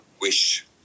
wish